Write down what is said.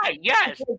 yes